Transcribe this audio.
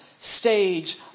stage